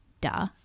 Duh